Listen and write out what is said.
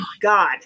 God